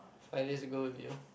five days ago with you